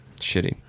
shitty